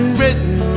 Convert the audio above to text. written